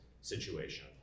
situation